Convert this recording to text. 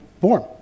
form